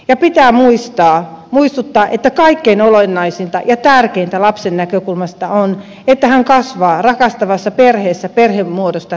ja pitää muistuttaa että kaikkein olennaisinta ja tärkeintä lapsen näkökulmasta on että hän kasvaa rakastavassa perheessä perhemuodosta riippumatta